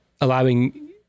allowing